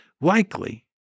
likely